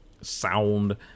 sound